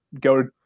go